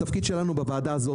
התפקיד שלנו בוועדה הזאת,